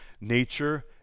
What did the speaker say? nature